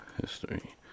History